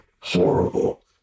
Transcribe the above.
horrible